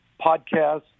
podcasts